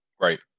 Right